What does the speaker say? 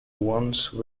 once